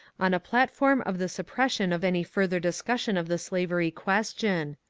on a platform of the suppression of any further discussion of the slavery ques tion.